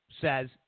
says